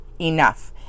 enough